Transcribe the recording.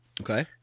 Okay